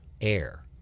air